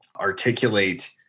articulate